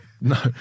no